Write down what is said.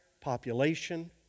population